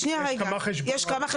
יש כמה חשבונות.